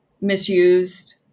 misused